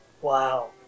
Wow